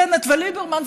בנט וליברמן,